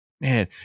Man